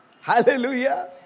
hallelujah